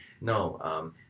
No